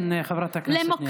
כן, חברת הכנסת נירה.